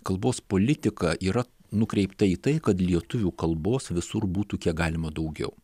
kalbos politika yra nukreipta į tai kad lietuvių kalbos visur būtų kiek galima daugiau